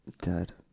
dead